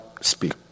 speak